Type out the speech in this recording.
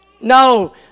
No